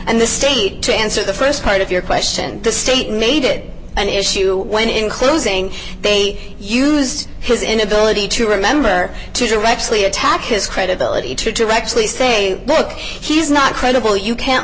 and the state to answer the st part of your question the state made it an issue when including they used his inability to remember to directly attack his credibility to recklessly say look he's not credible you can't